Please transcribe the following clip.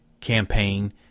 campaign